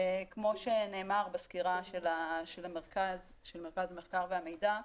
כמו שנאמר בסקירה של מרכז המחקר והמידע,